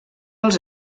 els